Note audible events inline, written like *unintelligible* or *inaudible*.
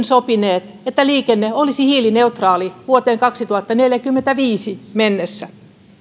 *unintelligible* sopineet että liikenne olisi hiilineutraali vuoteen kaksituhattaneljäkymmentäviisi mennessä